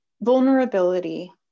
vulnerability